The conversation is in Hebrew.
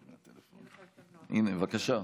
הינה, בבקשה.